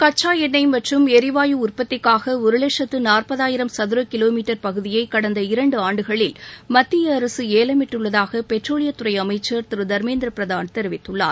கச்சா எண்ணெய் மற்றும் எரிவாயு உற்பத்திக்காக ஒரு லட்சத்து நாற்பதாயிரம் சதுர கிலோ மீட்டர் பகுதியை கடந்த இரண்டு ஆண்டுகளில் மத்திய அரசு ஏலமிட்டுள்ளதாக பெட்ரோலியத்துறை அமைச்சர் திரு தர்மேந்திர பிரதான் தெரிவித்துள்ளார்